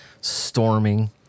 storming